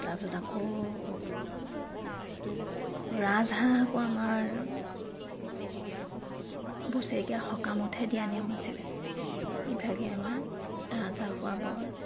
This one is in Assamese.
তাৰ পিছত আকৌ ৰাহহাঁহ আকৌ আমাৰ বছৰেকীয়া সকামতহে দিয়া নিয়ম আছিলে ইভাগে আমাৰ ৰাজহাঁহ খোৱা বৰ